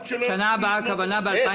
בשנה הבאה, הכוונה ב-2020.